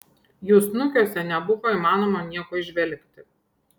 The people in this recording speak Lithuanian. jų snukiuose nebuvo įmanoma nieko įžvelgti